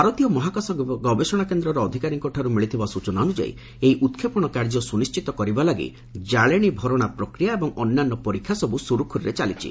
ଭାରତୀୟ ମହାକାଶ ଗବେଷଣା କେନ୍ଦ୍ରର ଅଧିକାରୀଙ୍କଠାରୁ ମିଳିଥିବା ସ୍କଚନା ଅନୁଯାୟୀ ଏହି ଉତ୍କ୍ଷେପଣ କାର୍ଯ୍ୟ ସୁନିର୍ଣିତ କରିବା ଲାଗି କାଳେଶି ଭରଣା ପ୍ରକ୍ରିୟା ଏବଂ ଅନ୍ୟାନ୍ୟ ପରୀକ୍ଷା ସବୁ ସୁରୁଖୁରୁରେ ଚାଲିଛି